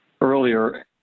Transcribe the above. earlier